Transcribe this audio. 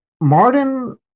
Martin